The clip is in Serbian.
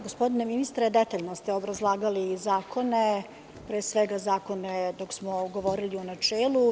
Gospodine ministre, detaljno ste obrazlagali zakone, pre svega zakone dok smo govorili u načelu.